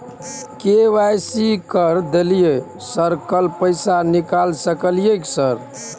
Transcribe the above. KYC कर दलियै sir कल पैसा निकाल सकलियै सर?